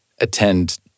attend